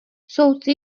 soudci